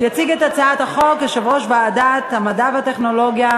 יציג את הצעת החוק יושב-ראש ועדת המדע והטכנולוגיה,